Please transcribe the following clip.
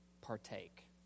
partake